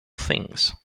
things